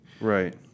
Right